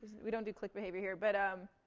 we don't do click behavior here but, um